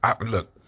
look